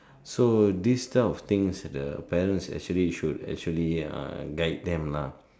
so this type of things the parents actually should actually uh guide them lah